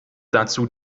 dazu